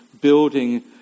building